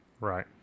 Right